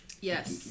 Yes